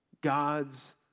God's